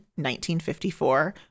1954